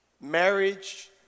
Marriage